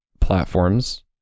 platforms